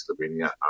Slovenia